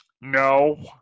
No